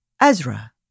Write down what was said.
Ezra